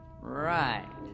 Right